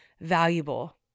valuable